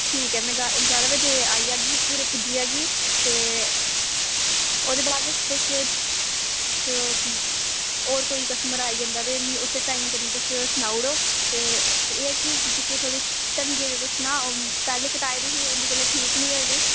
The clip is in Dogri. ठीक ऐ मैं जारां बजे आई जागी पूरे पुज्जी जागी ते ओह्दे बाद च च तुस होर कोई कस्टमर आई जंदा ते मिगी उस्सेै टाइम कन्न्ने तुस सनाऊ उड़ो ते एह् ऐ कि जेह्की थोह्ड़ी ढंग्गै दे तुस ना पैहले कटाए दे हे उंदे कोला ठीक नी होए दे